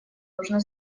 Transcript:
нужно